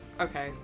Okay